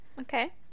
okay